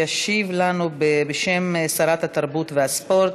ישיב לנו, בשם שרת התרבות והספורט,